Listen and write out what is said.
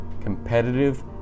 competitive